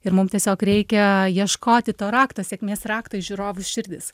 ir mum tiesiog reikia ieškoti to rakto sėkmės rakto į žiūrovų širdis